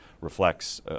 reflects